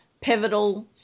pivotal